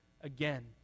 again